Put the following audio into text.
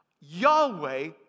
Yahweh